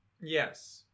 Yes